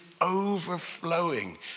overflowing